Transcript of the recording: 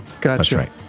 Gotcha